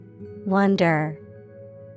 Wonder